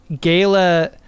Gala